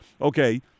Okay